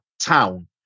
town